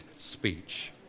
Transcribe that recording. speech